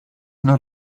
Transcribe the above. not